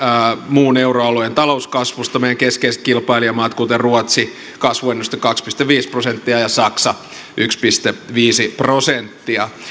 muun euroalueen talouskasvusta meidän keskeiset kilpailijamaat ruotsi kasvuennuste kaksi pilkku viisi prosenttia ja saksa yksi pilkku viisi prosenttia